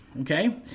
Okay